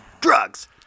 Drugs